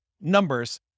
numbers